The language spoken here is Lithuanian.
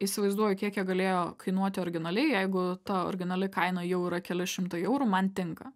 įsivaizduoju kiek jie galėjo kainuoti originaliai jeigu ta originali kaina jau yra keli šimtai eurų man tinka